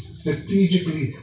strategically